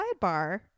sidebar